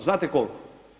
Znate koliko?